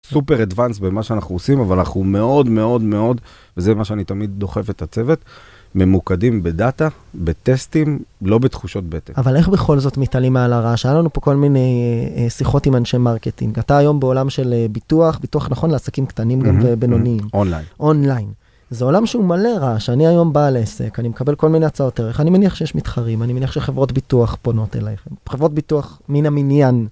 סופר אדוונס במה שאנחנו עושים, אבל אנחנו מאוד מאוד מאוד, וזה מה שאני תמיד דוחף את הצוות, ממוקדים בדאטה, בטסטים, לא בתחושות בטן. אבל איך בכל זאת מתעלים מעל הרעש? היה לנו פה כל מיני שיחות עם אנשי מרקטינג. אתה היום בעולם של ביטוח, ביטוח, נכון? לעסקים קטנים ובינוניים? און ליין. זה עולם שהוא מלא רעש, אני היום בעל עסק, אני מקבל כל מיני הצעות ערך, אני מניח שיש מתחרים, אני מניח שחברות ביטוח פונות אליכם. חברות ביטוח מן המנין.